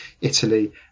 Italy